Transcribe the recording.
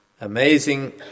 amazing